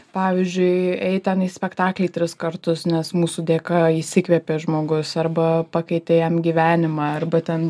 pavyzdžiui eit ten į spektaklį tris kartus nes mūsų dėka įsikvėpė žmogus arba pakeitė jam gyvenimą arba ten